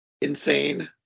insane